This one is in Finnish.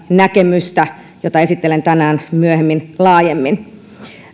näkemystä jota esittelen tänään myöhemmin laajemmin